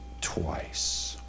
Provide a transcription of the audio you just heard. twice